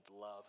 love